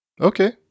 Okay